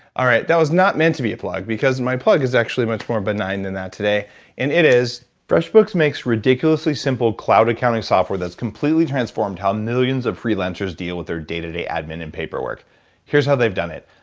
all right. that was not meant to be a plug because my plug is actually much more benign than that today and it is freshbooks makes ridiculously simple cloud accounting software that's completely transformed how millions of freelancers deal with their day-to-day admin and paperwork here's how they've done it.